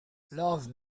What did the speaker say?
love